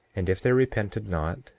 and if they repented not,